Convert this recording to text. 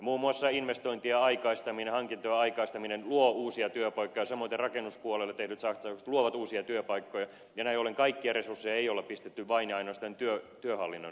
muun muassa investointien aikaistaminen hankintojen aikaistaminen luo uusia työpaikkoja samoiten rakennuspuolelle tehdyt satsaukset luovat uusia työpaikkoja ja näin ollen kaikkia resursseja ei ole pistetty vain ja ainoastaan työhallinnon toimenpiteisiin